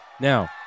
Now